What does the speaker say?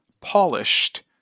polished